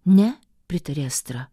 ne pritarė astra